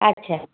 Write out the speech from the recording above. আচ্ছা